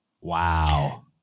Wow